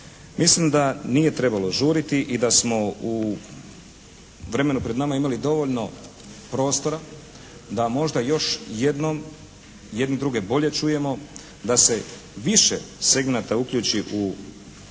mislim da nije trebalo žuriti i da smo u vremenu pred nama imali dovoljno prostora da možda još jednom jedni druge bolje čujemo da se više segmenata uključi u kvalitetnu